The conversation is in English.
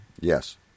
Yes